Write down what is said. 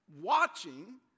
watching